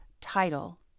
title